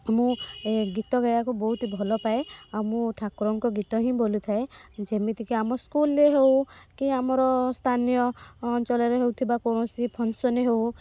ମୁଁ ଗୀତ ଗାଇବାକୁ ବହୁତ ଭଲପାଏ ଆଉ ମୁଁ ଠାକୁରଙ୍କ ଗୀତ ହିଁ ବୋଲୁଥାଏ ଯେମିତିକି ଆମ ସ୍କୁଲରେ ହେଉ କି ଆମର ସ୍ଥାନୀୟ ଅଞ୍ଚଳରେ ହେଉଥିବା କୌଣସି ଫଙ୍କ୍ସନ୍ ହେଉ